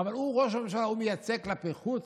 הוא ראש הממשלה, הוא מייצג כלפי חוץ,